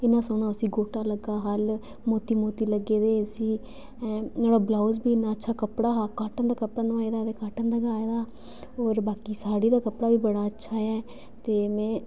इना सोह्ना उसी गोटा लग्गे दा हा लाल मोती मोती लग्गे दे है उसी औह्दा ब्लौज बी इन्ना अच्छा कपड़ा हा काटन दा अपना नुआया ते काटन दा गै आया ते और बाकी साह्ड़ी दा कपड़ा बी बड़ा अच्छा ऐ ते